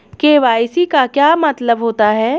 KYC का क्या मतलब होता है?